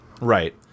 Right